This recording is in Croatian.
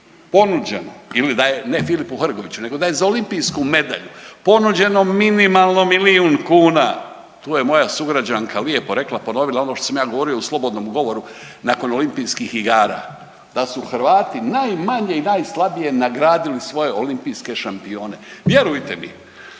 ponuđeno ili da je, ne Filipu Hrgoviću nego da je za olimpijsku medalju ponuđeno minimalno milijun kuna, tu je moja sugrađanka lijepo rekla, ponovila ono što sam ja govorio u slobodnom govoru nakon olimpijskih igara, da su Hrvati najmanje i najslabije nagradili svoje olimpijske šampione. Vjerujte mi